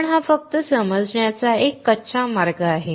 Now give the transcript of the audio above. पण हा फक्त समजण्याचा एक कच्चा मार्ग आहे